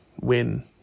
win